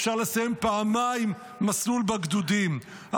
אפשר לגמור פעמיים מסלול בגדודים.